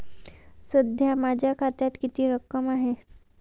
सध्या माझ्या खात्यात किती रक्कम आहे?